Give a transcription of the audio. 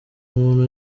umuntu